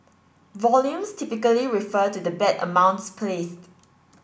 volumes typically refer to the bet amounts placed